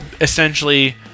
essentially